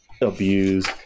abused